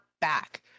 back